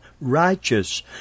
righteous